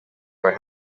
were